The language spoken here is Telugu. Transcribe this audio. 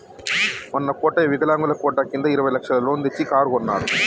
మొన్న కోటయ్య వికలాంగుల కోట కింద ఇరవై లక్షల లోన్ తెచ్చి కారు కొన్నడు